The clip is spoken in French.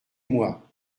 moi